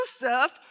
Joseph